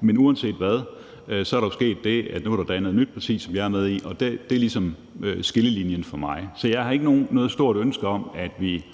Men uanset hvad er der jo sket det, at der nu er dannet et nyt parti, som jeg er med i, og det er ligesom skillelinjen for mig. Så jeg har ikke noget stort ønske om, at vi